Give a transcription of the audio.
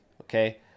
okay